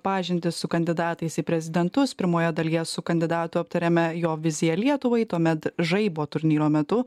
pažintį su kandidatais į prezidentus pirmoje dalyje su kandidatu aptariame jo viziją lietuvai tuomet žaibo turnyro metu